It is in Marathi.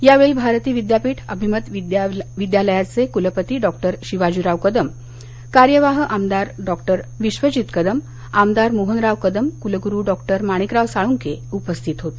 यावेळी भारती विद्यापीठ अभिमत विश्वविद्यालयाचे कुलपती डॉक्टर शिवाजीराव कदम कार्यवाह आमदार डॉक्टर विश्वजित कदम आमदार मोहनराव कदम कुलगुरू डॉक्टर माणिकराव साळुंखे उपस्थित होते